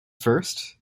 first